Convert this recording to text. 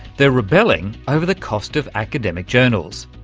they're rebelling over the cost of academic journals,